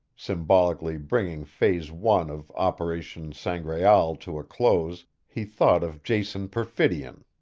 symbolically bringing phase one of operation sangraal to a close, he thought of jason perfidion.